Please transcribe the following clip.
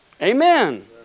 Amen